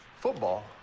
Football